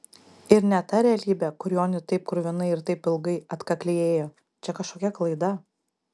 ir ne ta realybė kurion ji taip kruvinai ir taip ilgai atkakliai ėjo čia kažkokia klaida